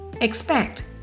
expect